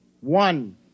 one